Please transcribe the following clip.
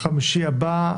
התשפ"א.